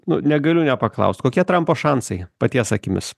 nu negaliu nepaklaust kokie trampo šansai paties akimis